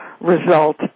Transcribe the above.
result